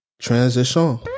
Transition